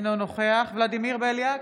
אינו נוכח ולדימיר בליאק,